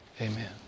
Amen